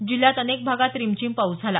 जिल्ह्यात अनेक भागात रिमझिम पाऊस झाला